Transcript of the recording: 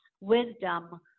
wisdom